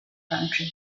country